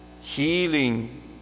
healing